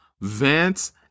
Vance